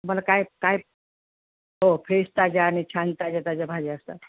तुम्हाला काय काय हो फ्रेश ताज्या आणि छान ताज्या ताज्या भाज्या असतात